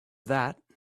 that